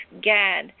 GAD